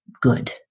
good